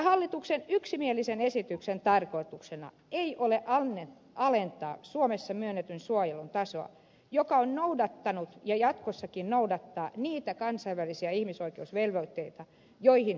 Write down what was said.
hallituksen yksimielisen esityksen tarkoituksena ei ole alentaa suomessa myönnetyn suojelun tasoa joka on noudattanut ja jatkossakin noudattaa niitä kansainvälisiä ihmisoikeusvelvoitteita joihin suomi on sitoutunut